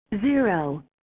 Zero